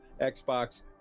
Xbox